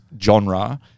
genre